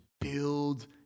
build